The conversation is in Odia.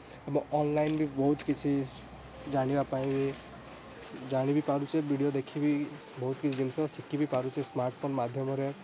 ଏବଂ ଅନଲାଇନ୍ ବି ବହୁତ କିଛି ଜାଣିବା ପାଇଁ ଜାଣିବି ପାରୁଛେ ଭିଡ଼ିଓ ଦେଖିବି ବହୁତ କିଛି ଜିନଷ ଶିଖିବି ପାରୁଛେ ସ୍ମାର୍ଟଫୋନ୍ ମାଧ୍ୟମରେ